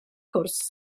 cwrs